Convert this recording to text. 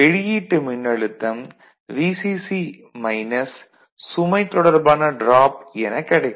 வெளியீட்டு மின்னழுத்தம் VCC minus சுமை தொடர்பான டிராப் என கிடைக்கும்